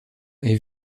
est